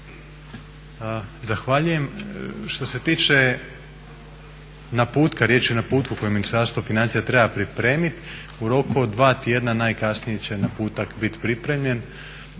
Zahvaljujem. Što se tiče naputka, riječ je o naputku koje Ministarstvo financija treba pripremiti u roku od dva tjedna najkasnije će naputak biti pripremljen.